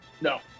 No